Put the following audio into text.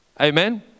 Amen